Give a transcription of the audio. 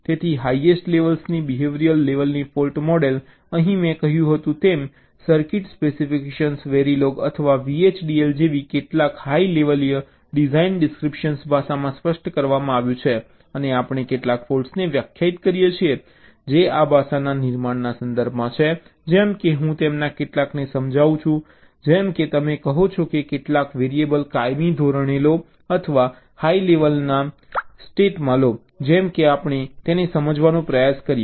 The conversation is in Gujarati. તેથી હાઇએસ્ટ લેવલની બિહેવિયરલ લેવલની ફૉલ્ટ મોડેલ અહીં મેં કહ્યું હતું તેમ સર્કિટ સ્પેસિફિકેશન વેરિલોગ અથવા VHDL જેવી કેટલાક હાઈ લેવલીય ડિઝાઇન ડિસ્ક્રિપ્ટિયન ભાષામાં સ્પષ્ટ કરવામાં આવ્યું છે અને આપણે કેટલાક ફૉલ્ટ્સને વ્યાખ્યાયિત કરીએ છીએ જે આ ભાષાના નિર્માણના સંદર્ભમાં છે જેમ કે હું તેમાંના કેટલાકને સમજાવું છું જેમ કે તમે કહો છો કે કેટલાક વેરિએબલ કાયમી ધોરણે લો અથવા હાઈ લેવલના સ્ટેટોમાં છે જેમ કે આપણે તેને સમજાવવાનો પ્રયાસ કરીએ